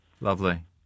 lovely